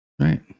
right